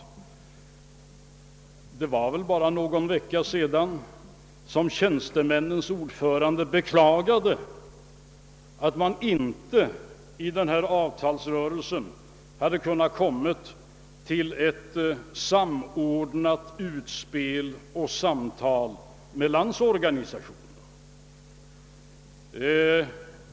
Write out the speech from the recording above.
Det var väl bara någon vecka sedan som tjänstemännens ordförande bekla gade att man inte i avtalsrörelsen hade kunnat komma tiil ett samordnat utspel och samtal med Landsorganisationen.